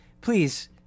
Please